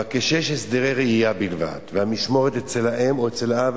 אבל כשיש הסדרי ראייה בלבד והמשמורת היא אצל האם או אצל האב,